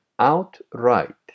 outright